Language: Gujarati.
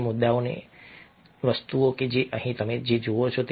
આ મુદ્દાઓમાંથી એક છે વસ્તુઓ જે તમે અહીં જુઓ છો